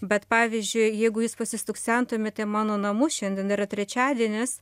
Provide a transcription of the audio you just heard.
bet pavyzdžiui jeigu jūs pasistuksentumėt į mano namus šiandien yra trečiadienis